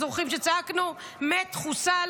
זוכרים שצעקנו: מת, חוסל.